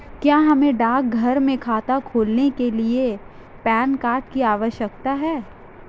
क्या हमें डाकघर में खाता खोलने के लिए पैन कार्ड की आवश्यकता है?